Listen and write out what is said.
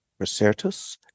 Resertus